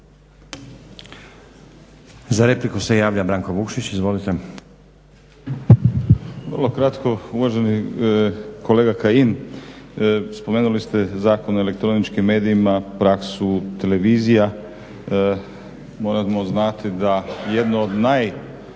laburisti - Stranka rada)** Vrlo kratko. Uvaženi kolega Kajin, spomenuli ste Zakon o elektroničkim medijima praksu televizija. Moramo znati da jedno od